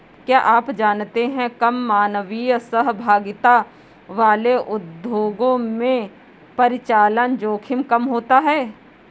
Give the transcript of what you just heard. क्या आप जानते है कम मानवीय सहभागिता वाले उद्योगों में परिचालन जोखिम कम होता है?